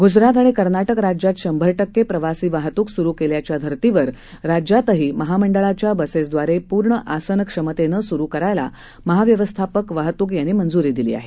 गुजरात आणि कर्नाटक राज्यात शंभर टक्के प्रवासी वाहतूक सुरू केल्याच्या धर्तीवर राज्यातही महामंडळाच्या बसेसद्वारे पूर्ण आसन क्षमतेनं सुरू करायला महाव्यवस्थापक वाहतूक यांनी मंजूरी दिली आहे